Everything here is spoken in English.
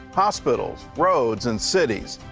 hospitals, roads, and cities.